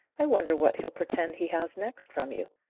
i wonder what he'll pretend he has next from you?